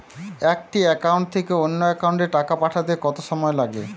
একটি একাউন্ট থেকে অন্য একাউন্টে টাকা পাঠাতে কত সময় লাগে?